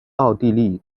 奥地利